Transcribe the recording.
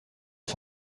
est